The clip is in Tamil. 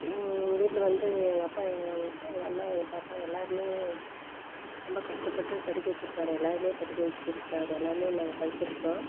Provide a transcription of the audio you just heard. எங்கள் வீட்டில் வந்து எங்கள் அப்பா எங்கள் அண்ணன் எங்கள் பாப்பா எல்லாரைமே ரொம்ப கஷ்டப்பட்டு படிக்க வச்சிருக்கார் எல்லாரையுமே படிக்க வச்சிருக்கார் எல்லாருமே நாங்கள் படித்து இருக்கிறோம்